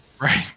Right